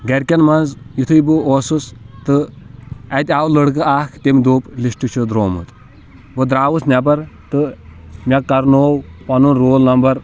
گَرِکٮ۪ن منٛز یُتھُے بہٕ اوسُس تہٕ اتہِ آو لٔڑکہٕ اکھ تٔمۍ دوٚپ لِسٹ چھُ درامُت بہٕ درٛاوُس نٮ۪بر تہٕ مے کَرنوو پَنُن رول نمبر